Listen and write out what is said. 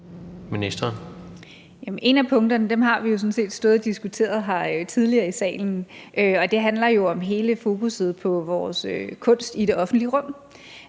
Mogensen): Et af punkterne har vi sådan set stået og diskuteret her tidligere i salen, og det handler om hele fokusset på vores kunst i det offentlige rum.